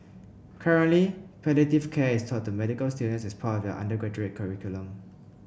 currently palliative care is taught to medical students as part of their undergraduate curriculum